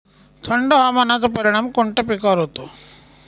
थंड हवामानाचा परिणाम कोणत्या पिकावर होतो?